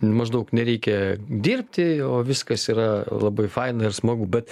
maždaug nereikia dirbti o viskas yra labai faina ir smagu bet